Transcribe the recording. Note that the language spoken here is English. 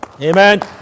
Amen